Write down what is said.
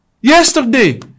Yesterday